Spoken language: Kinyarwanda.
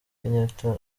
kenyatta